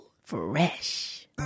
Fresh